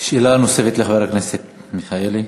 שאלה נוספת לחבר הכנסת מיכאלי.